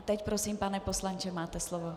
Teď prosím, pane poslanče, máte slovo.